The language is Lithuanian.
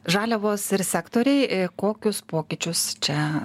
žaliavos ir sektoriai kokius pokyčius čia